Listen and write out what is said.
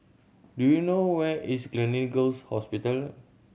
do you know where is Gleneagles Hospital